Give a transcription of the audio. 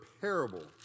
parable